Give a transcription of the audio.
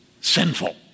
sinful